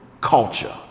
culture